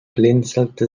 blinzelte